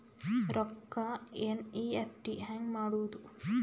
ರೊಕ್ಕ ಎನ್.ಇ.ಎಫ್.ಟಿ ಹ್ಯಾಂಗ್ ಮಾಡುವುದು?